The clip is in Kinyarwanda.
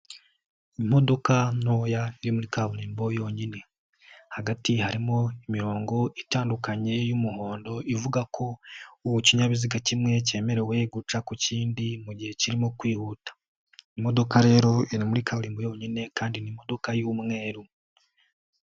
Imodoka ntoya iri muri kaburimbo yonyine. Hagati harimo imirongo itandukanye y'umuhondo ivuga ko ikinyabiziga kimwe cyemerewe guca ku kindi mu gihe kirimo kwihuta. Imodoka rero iri muri kaburimbo yonyine kandi ni imodokadoka y'umweru.